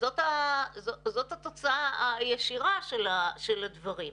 זאת התוצאה הישירה של הדברים.